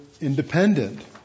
independent